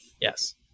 Yes